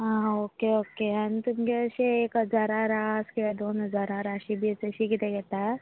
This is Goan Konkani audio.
आं ओके ओके आनी तुमगे अशें एक हजारा रास किंवा दोन हराजा राशी बीन तशें कितेंय घेतात